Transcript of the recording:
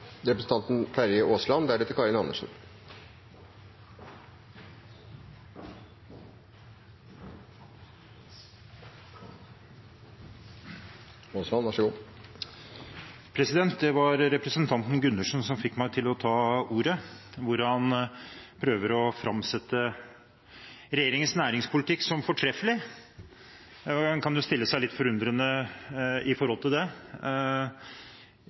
Det var representanten Gundersen som fikk meg til å ta ordet. Han prøver å framstille regjeringens næringspolitikk som fortreffelig. En kan jo stille seg litt undrende til det. Min vurdering er i